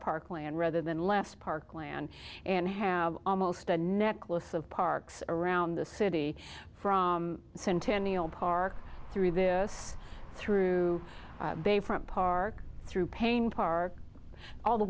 park land rather than less park land and have almost a necklace of parks around the city from centennial park through this through bayfront park through pain park all the